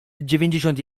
dziewięćdziesiąt